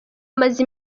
amaze